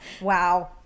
Wow